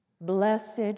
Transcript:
Blessed